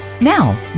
Now